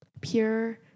Pure